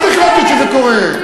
את החלטת שזה קורה.